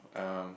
um